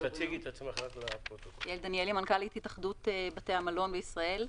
אני מנכ"לית התאחדות בתי המלון בישראל.